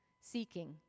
seeking